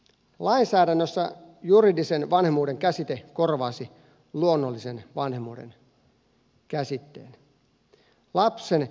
lainsäädännössä juridisen vanhemmuuden käsite korvaisi luonnollisen vanhemmuuden käsitteen